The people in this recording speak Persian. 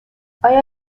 آیا